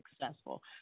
successful